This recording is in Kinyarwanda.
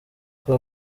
kwa